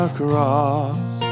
cross